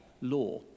law